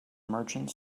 merchant